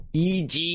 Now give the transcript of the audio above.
eg